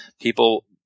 People